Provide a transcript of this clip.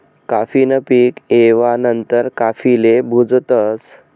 काफी न पीक येवा नंतर काफीले भुजतस